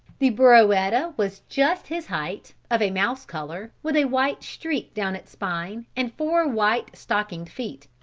the burroetta was just his height, of a mouse color, with a white streak down its spine and four white stockinged feet,